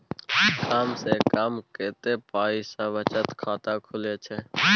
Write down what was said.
कम से कम कत्ते पाई सं बचत खाता खुले छै?